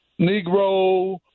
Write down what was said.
Negro